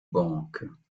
banques